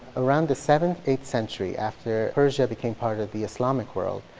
around the seventh, eighth century, after persia became part of the islamic world,